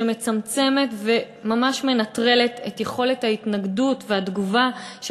שמצמצמת וממש מנטרלת את יכולת ההתנגדות והתגובה של